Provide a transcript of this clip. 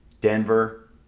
denver